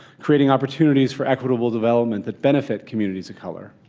creating opportunities for equitable development that benefit committees of color,